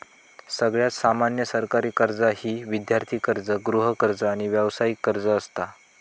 सगळ्यात सामान्य सरकारी कर्जा ही विद्यार्थी कर्ज, गृहकर्ज, आणि व्यावसायिक कर्ज असता